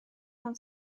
pan